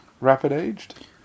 rapid-aged